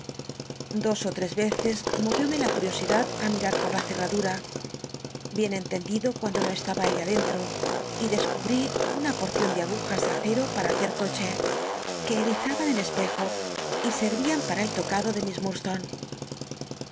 dos ó tres veces moviómc la curiosidad i mirar por la cerradura bien entendido cuando no estaba ella tlenlro y descubri una porcion de agujas de acero para hacer crochet que el'izaban el espejo y serrian para el tocarlo de miss